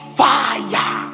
fire